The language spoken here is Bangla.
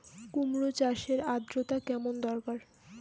কুমড়ো চাষের আর্দ্রতা কেমন দরকার?